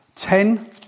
Ten